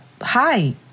Hi